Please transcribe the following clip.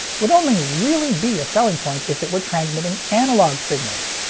would only really be a selling point if it were transmitting analog signals.